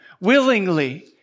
willingly